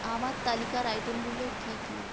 আমার তালিকার আইটেমগুলো কি কি